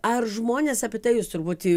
ar žmonės apie tai jūs turbūt